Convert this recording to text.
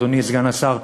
אדוני סגן השר,